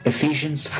Ephesians